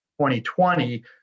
2020